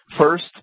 first